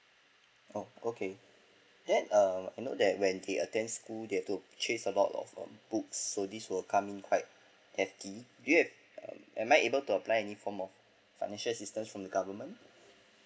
oh okay then uh I know that when they attend school they have to purchase a lot of um books so this will come in quite kinky do you have am I able to apply any form of financial assistance from the government